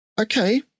okay